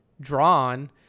drawn